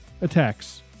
attacks